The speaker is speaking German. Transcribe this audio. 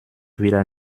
wieder